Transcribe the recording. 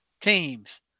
teams